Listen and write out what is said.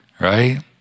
Right